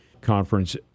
conference